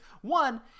One